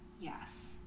yes